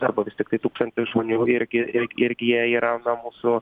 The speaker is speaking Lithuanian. darbo vis tiktai tūkstantis žmonių irgi irgi jie yra na mūsų